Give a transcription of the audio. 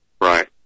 right